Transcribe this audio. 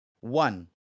One